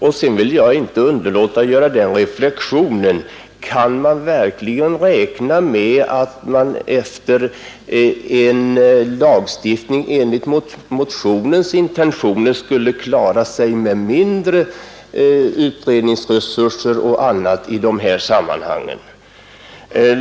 Vidare vill jag inte underlåta att fråga om det verkligen är möjligt att räkna med att man efter införande av en lagstiftning enligt motionens intentioner skall kunna klara sig med mindre resurser för utredningar osv. i dessa sammanhang.